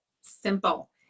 simple